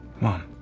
Mom